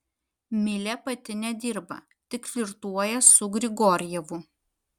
milė pati nedirba tik flirtuoja su grigorjevu